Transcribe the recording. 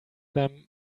them